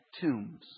tombs